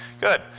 good